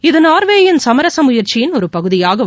இது நார்வேயின் சமரச முயற்சியின் ஒரு பகுதியாகும்